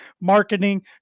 marketing